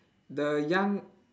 the young